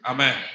Amen